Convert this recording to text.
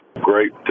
great